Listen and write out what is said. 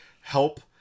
help